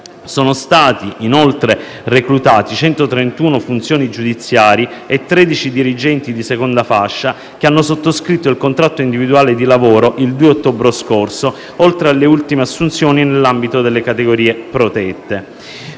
Sono stati inoltre reclutati 131 funzionari giudiziari e 13 dirigenti di seconda fascia che hanno sottoscritto il contratto individuale di lavoro il 2 ottobre scorso, oltre alle ultime assunzioni nell'ambito delle categorie protette.